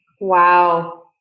Wow